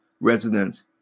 residents